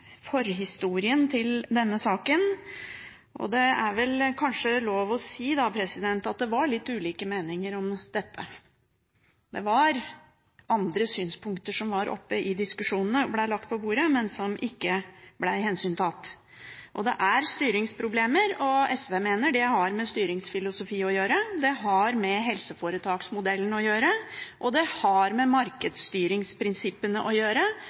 forhistorien til denne saken, og det er vel kanskje lov å si at det var litt ulike meninger om dette. Det var andre synspunkter som var oppe i diskusjonene, og som ble lagt på bordet, men som det ikke ble tatt hensyn til. Det er styringsproblemer, og SV mener at det har med styringsfilosofi, helseforetaksmodellen og markedsstyringsprinsippene å gjøre at vi kommer opp i disse problemene om igjen og